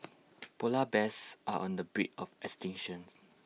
Polar Bears are on the brink of extinction